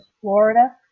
Florida